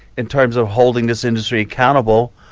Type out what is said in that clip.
in terms of holding this industry accountable,